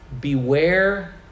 beware